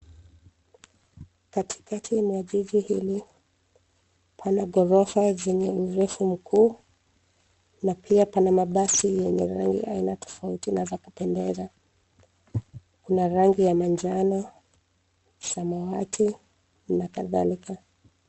Katikati mwa jiji hili, pana ghorofa zenye urefu mkuu na pia pana mabasi yenye rangi aina tofauti na za kupendeza. Kuna rangi ya manjano, samawati na kadhalika.